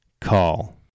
call